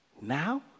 Now